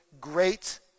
great